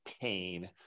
pain